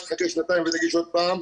תחכה שנתיים ותגיש עוד פעם.